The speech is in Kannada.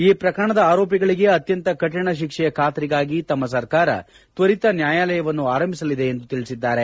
ಈ ಪ್ರಕರಣದ ಆರೋಪಿಗಳಿಗೆ ಅತ್ಯಂತ ಕಠಿಣ ಶಿಕ್ಷೆಯ ಖಾತರಿಗಾಗಿ ತಮ್ಮ ಸರ್ಕಾರ ತ್ವರಿತ ನ್ಯಾಯಾಲಯವನ್ನು ಆರಂಭಿಸಲಿದೆ ಎಂದು ತಿಳಿಸಿದ್ದಾರೆ